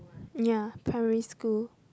ya primary school